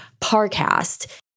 Parcast